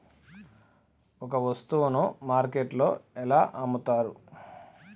ఒక వస్తువును మార్కెట్లో ఎలా అమ్ముతరు?